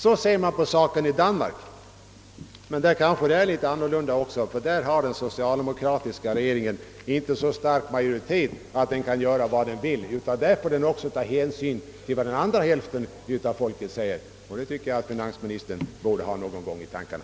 Så ser man alltså på denna sak i Danmark. Men där har den socialdemokratiska regeringen inte majoritet att göra vad den vill utan måste ta hänsyn till vad den andra hälften av folket önskar. Det tycker jag att också vår finansminister någon gång borde göra.